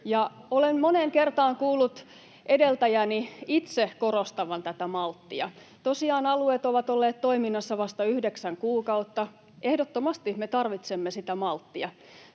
Olen moneen kertaan kuullut edeltäjäni itse korostavan tätä malttia. Tosiaan alueet ovat olleet toiminnassa vasta yhdeksän kuukautta. Ehdottomasti me tarvitsemme sitä malttia.